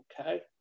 okay